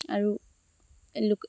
আৰু লোক